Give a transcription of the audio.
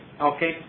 Okay